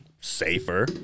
safer